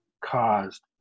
caused